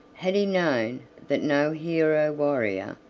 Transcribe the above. had he known that no hero-warrior,